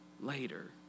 later